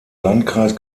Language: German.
landkreis